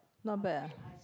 not bad ah